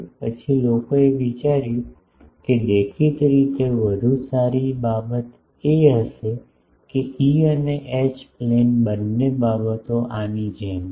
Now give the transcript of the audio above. પછી લોકોએ વિચાર્યું કે દેખીતી રીતે વધુ સારી બાબત એ હશે કે E અને H પ્લેન બંને બાબતો આની જેમ છે